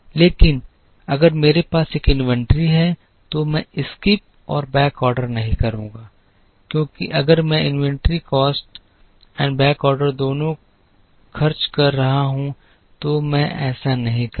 लेकिन अगर मेरे पास एक इन्वेंट्री है तो मैं स्किप और बैकऑर्डर नहीं करूंगा क्योंकि अगर मैं इन्वेंट्री कॉस्ट और बैकऑर्डर दोनों खर्च कर रहा हूं तो मैं ऐसा नहीं करूंगा